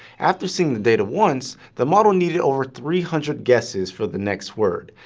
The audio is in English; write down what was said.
after seeing the data once, the model needed over three hundred guesses for the next word,